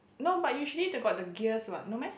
no but usually they got the gears what not no meh